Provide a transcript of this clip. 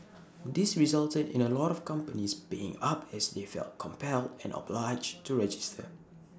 this resulted in A lot of companies paying up as they felt compelled and obliged to register